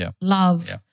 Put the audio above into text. love